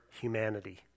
humanity